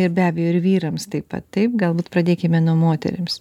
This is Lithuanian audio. ir be abejo ir vyrams taip pat taip galbūt pradėkime nuo moterims